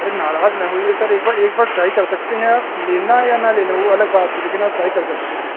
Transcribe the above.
अरे नाराज ना होएं सर एक बार एक बार ट्राई कर सकते हैं आप लेना या ना लेना वो अलग बात है लेकिन आप ट्राई कर सकते हैं